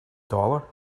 dollar